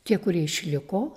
tie kurie išliko